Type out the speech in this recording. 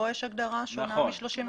כאן יש הגדרה שונה מ-38.